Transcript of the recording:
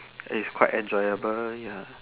is quite enjoyable ya